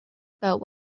about